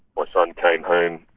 my son came home,